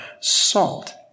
salt